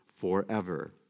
forever